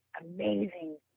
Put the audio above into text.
amazing